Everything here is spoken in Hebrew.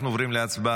אנחנו עוברים להצבעה.